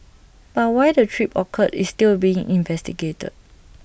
but why the trip occurred is still being investigated